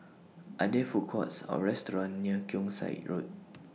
Are There Food Courts Or restaurants near Keong Saik Road